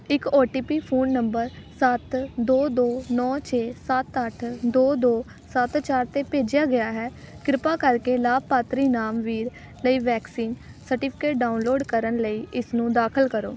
ਇੱਕ O T P phone number ਸੱਤ ਦੋ ਦੋ ਨੌਂ ਛੇ ਸੱਤ ਅੱਠ ਦੋ ਦੋ ਸੱਤ ਚਾਰ 'ਤੇ ਭੇਜਿਆ ਗਿਆ ਹੈ ਕਿਰਪਾ ਕਰਕੇ ਲਾਭਪਾਤਰੀ ਨਾਮ ਵੀਰ ਲਈ ਵੈਕਸੀਨ ਸਰਟੀਫਿਕੇਟ ਡਾਊਨਲੋਡ ਕਰਨ ਲਈ ਇਸਨੂੰ ਦਾਖਲ ਕਰੋ